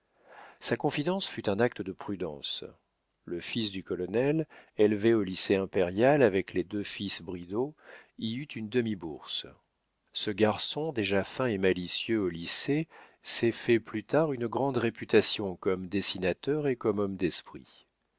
sa confidence fut un acte de prudence le fils du colonel élevé au lycée impérial avec les deux fils bridau y eut une demi-bourse ce garçon déjà fin et malicieux au lycée s'est fait plus tard une grande réputation comme dessinateur et comme homme d'esprit